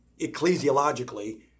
ecclesiologically